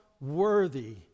worthy